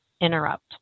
interrupt